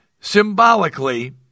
symbolically